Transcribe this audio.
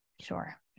sure